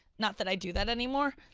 not that i do that anymore.